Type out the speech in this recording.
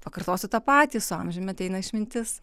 pakartosiu tą patį su amžiumi ateina išmintis